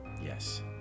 Yes